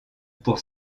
pour